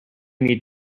need